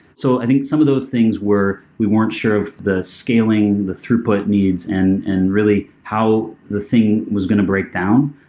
so i think some of those things were we weren't sure of the scaling, the throughput needs and and really how the thing was going to break down.